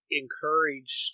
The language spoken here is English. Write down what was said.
encourage